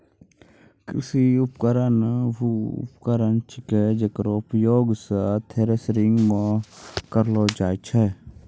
कृषि उपकरण वू उपकरण छिकै जेकरो उपयोग सें थ्रेसरिंग म करलो जाय छै